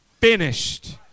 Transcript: finished